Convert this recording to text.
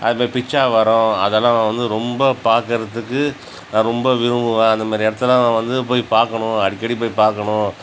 அது மாதிரி பிச்சாவரம் அதெல்லாம் வந்து ரொம்ப பார்க்குறதுக்கு நான் ரொம்ப விரும்புவேன் அது மாதிரி இடத்தலாம் நான் வந்து போய் பார்க்கணும் அடிக்கடி போய் பார்க்கணும்